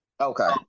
Okay